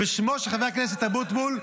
ושמו של חבר הכנסת אבוטבול --- למה,